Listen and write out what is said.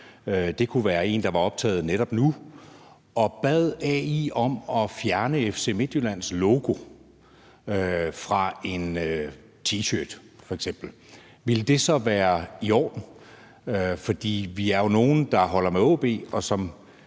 det kunne være en, der var optaget netop nu – og f.eks. bad AI om at fjerne FC Midtjyllands logo fra en T-shirt, ville det så være i orden? For vi er jo nogle, der holder med AaB, og som